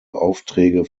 aufträge